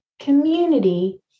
community